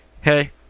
hey